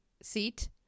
Seat